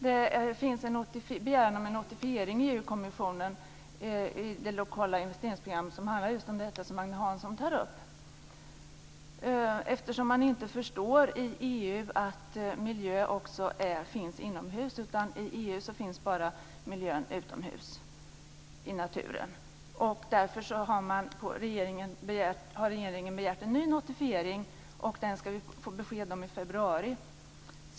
Det finns en begäran om en notifiering i EU kommissionen i det lokala investeringsprogram som handlar om just det som Agne Hansson tar upp. Inom EU förstår man inte att miljö också finns inomhus, utan inom EU finns miljön bara utomhus, i naturen. Därför har regeringen begärt en ny notifiering, och den ska vi få besked om i februari.